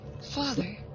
Father